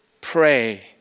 Pray